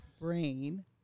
brain